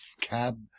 cab